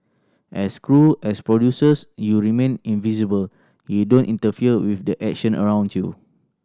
as crew as producers you remain invisible you don't interfere with the action around you